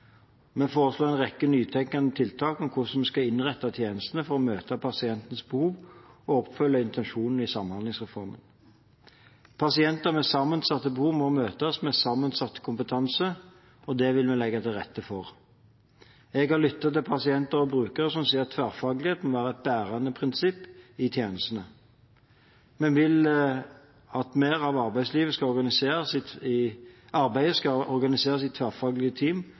Vi foreslår en rekke nytenkende tiltak om hvordan vi skal innrette tjenestene for å møte pasientenes behov og oppfylle intensjonene i Samhandlingsreformen. Pasienter med sammensatte behov må møtes med sammensatt kompetanse, og det vil vi legge til rette for. Jeg har lyttet til pasienter og brukere som sier at tverrfaglighet må være et bærende prinsipp i tjenestene. Vi vil at mer av arbeidet skal organiseres i